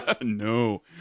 no